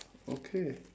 okay